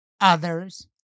others